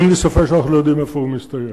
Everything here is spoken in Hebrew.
ואין לי ספק שאנחנו לא יודעים איפה הוא מסתיים.